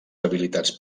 habilitats